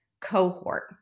cohort